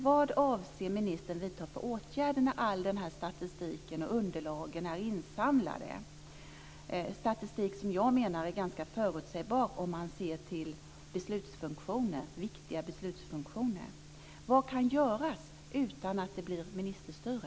Vad avser ministern vidta för åtgärder när all den här statistiken och alla de här underlagen är insamlade? Denna statistik är, menar jag, ganska förutsägbar om man ser till viktiga beslutsfunktioner. Vad kan göras utan att det blir ministerstyre?